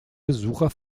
besucher